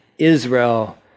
Israel